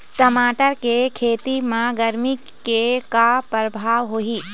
टमाटर के खेती म गरमी के का परभाव होही?